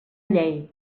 llei